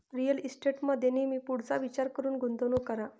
real इस्टेटमध्ये नेहमी पुढचा विचार करून गुंतवणूक करा